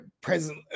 present